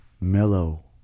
mellow